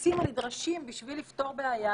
המעשים הנדרשים בשביל לפתור בעיה